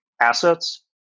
assets